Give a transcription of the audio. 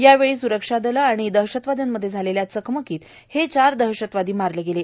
त्यावेळी सुरक्षादल आणि दहशतवायांमध्ये झाले ल्या चकमकीत हे चार दहशतवादी मारले गेले